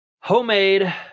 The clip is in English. homemade